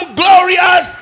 glorious